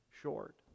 short